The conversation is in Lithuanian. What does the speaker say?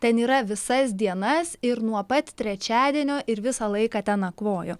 ten yra visas dienas ir nuo pat trečiadienio ir visą laiką ten nakvojo